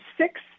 six